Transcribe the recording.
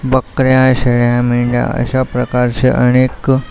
बकऱ्या शेळ्या मेंढ्या अशा प्रकारच्या अनेक